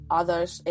others